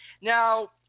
Now